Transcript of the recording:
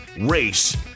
race